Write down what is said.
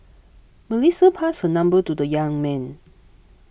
Melissa passed her number to the young man